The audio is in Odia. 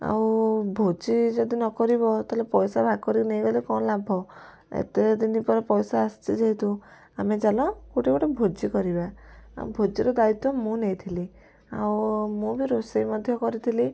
ଆଉ ଭୋଜି ଯଦି ନକରିବ ତା'ହେଲେ ପଇସା ଭାଗ କରି ନେଇଗଲେ କ'ଣ ଲାଭ ଏତେଦିନ ପରେ ପଇସା ଆସିଛି ଯେହେତୁ ଆମେ ଚାଲ ଗୋଟେ ଗୋଟେ ଭୋଜି କରିବା ଆଉ ଭୋଜିର ଦାୟିତ୍ୱ ମୁଁ ନେଇଥିଲି ଆଉ ମୁଁ ବି ରୋଷେଇ ମଧ୍ୟ କରିଥିଲି